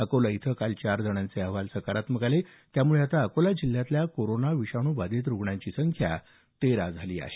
अकोला इथं काल चार जणांचे अहवाल सकारात्मक आले त्यामुळे आता अकोला जिल्ह्यातल्या कोरोना विषाणू बाधित रूग्णांची संख्या तेरा झाली आहे